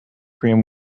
cream